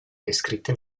descritte